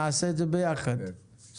נעשה את זה ביחד בשמחה.